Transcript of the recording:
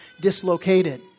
dislocated